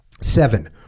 Seven